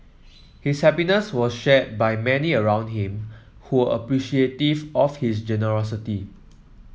his happiness was shared by many around him who were appreciative of his generosity